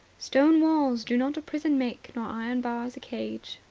stone walls do not a prison make nor iron bars a cage,